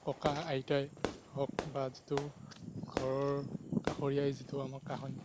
ককা আইতাই হওক বা যিটো ঘৰৰ কাষৰীয়াই আমাক কাহানী